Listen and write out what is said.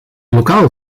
lokaal